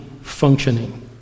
functioning